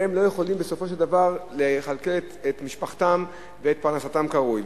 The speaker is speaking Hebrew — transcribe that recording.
והם לא יכולים בסופו של דבר לכלכל את משפחתם מפרנסתם כראוי.